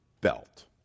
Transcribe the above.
belt